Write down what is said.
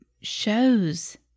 shows